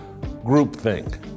groupthink